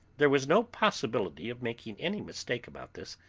there was no possibility of making any mistake about this,